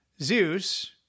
Zeus